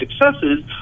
successes